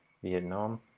Vietnam